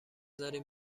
داریم